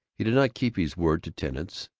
he did not keep his word to tenants.